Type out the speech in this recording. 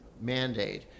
mandate